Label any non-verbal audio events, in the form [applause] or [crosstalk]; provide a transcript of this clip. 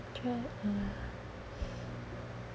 try uh [breath]